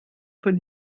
von